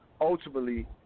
ultimately